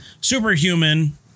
superhuman